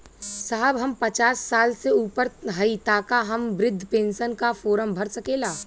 साहब हम पचास साल से ऊपर हई ताका हम बृध पेंसन का फोरम भर सकेला?